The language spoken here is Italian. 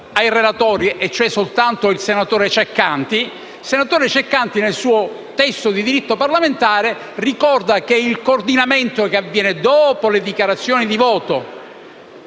il senatore Ceccanti, nel suo testo di diritto parlamentare, ricorda che il coordinamento, che avviene dopo le dichiarazioni di voto